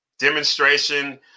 Demonstration